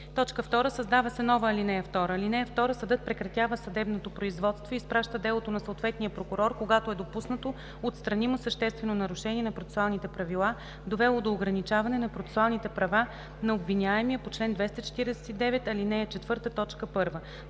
и”. 2. Създава се нова ал. 2: „(2) Съдът прекратява съдебното производство и изпраща делото на съответния прокурор, когато е допуснато отстранимо съществено нарушение на процесуалните правила, довело до ограничаване на процесуалните права на обвиняемия по чл. 249, ал. 4,